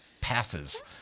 passes